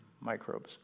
microbes